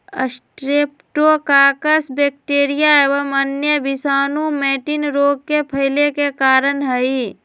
streptococcus bacteria एवं अन्य विषाणु मैटिन रोग के फैले के कारण हई